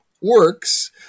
works